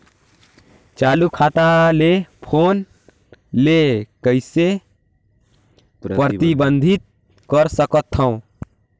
चालू खाता ले फोन ले कइसे प्रतिबंधित कर सकथव?